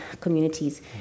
communities